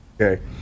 okay